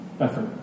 effort